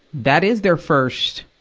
that is their first,